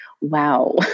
wow